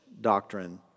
doctrine